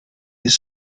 des